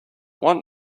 want